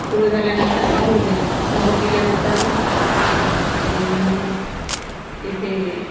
सुरू झाल्यानंतर समोर गेलो समोर गेल्यानंतर इथे